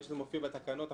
ברגע שזה יופיע בתקנות,